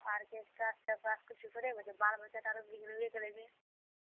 आर्केस्ट्रासँ किछु थोड़ी होइ छै बाल बच्चा तऽ आरो बिगरबे करैत छै